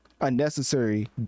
unnecessary